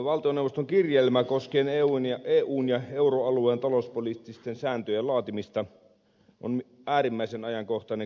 valtioneuvoston kirjelmä koskien eun ja euroalueen talouspoliittisten sääntöjen laatimista on äärimmäisen ajankohtainen keskustelunaihe